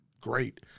great